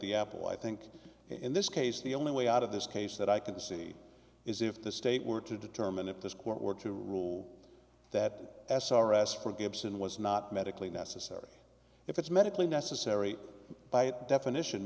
the apple i think in this case the only way out of this case that i can see is if the state were to determine if this court were to rule that s r s for gibson was not medically necessary if it's medically necessary by definition